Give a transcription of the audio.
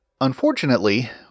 Unfortunately